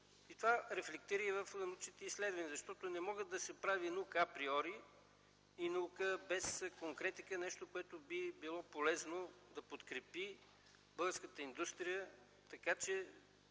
Това рефлектира и в научните изследвания. Защото не може да се прави наука априори и наука без конкретика – нещо, което би било полезно да подкрепи българската индустрия, така че